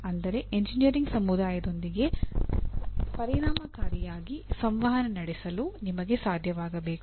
ಅಂದರೆ ಎಂಜಿನಿಯರಿಂಗ್ ಸಮುದಾಯದೊಂದಿಗೆ ಪರಿಣಾಮಕಾರಿಯಾಗಿ ಸಂವಹನ ನಡೆಸಲು ನಿಮಗೆ ಸಾಧ್ಯವಾಗಬೇಕು